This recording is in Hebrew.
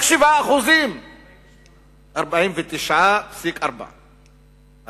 רק 7%. 48%. 49.4%. 49.4%.